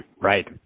right